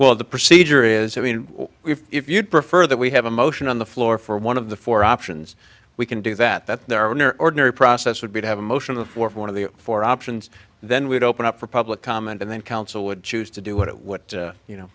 well the procedure is i mean if you'd prefer that we have a motion on the floor for one of the four options we can do that that there are ordinary process would be to have a motion of one of the four options then we'd open up for public comment and then counsel would choose to do it what you know